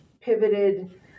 pivoted